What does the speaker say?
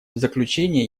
заключение